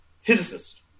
Physicist